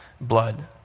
blood